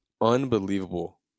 unbelievable